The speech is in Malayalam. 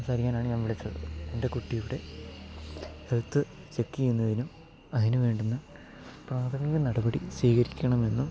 സംസാരിക്കാനാണ് ഞാൻ വിളിച്ചത് എൻ്റെ കുട്ടിയുടെ ഹെൽത്ത് ചെക്ക് ചെയ്യുന്നതിനും അതിന് വേണ്ടുന്ന പ്രാഥമിക നടപടി സ്വീകരിക്കണമെന്നും